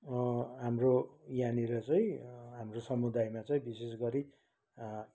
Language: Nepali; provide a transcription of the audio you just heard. हाम्रो यहाँनिर चाहिँ हाम्रो समुदायमा चाहिँ विशेष गरी